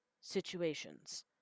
situations